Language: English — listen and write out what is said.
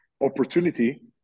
opportunity